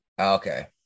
Okay